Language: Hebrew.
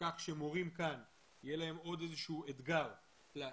בכך שמורים כאן יהיה להם עוד איזה שהוא אתגר לעשות,